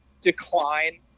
decline